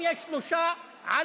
תודה רבה,